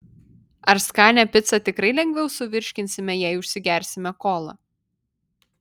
ar skanią picą tikrai lengviau suvirškinsime jei užsigersime kola